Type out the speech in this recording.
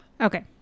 Okay